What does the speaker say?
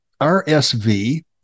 RSV